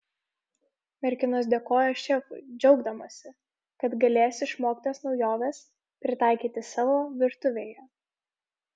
merginos dėkojo šefui džiaugdamosi kad galės išmoktas naujoves pritaikyti savo virtuvėje